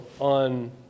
On